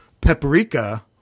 paprika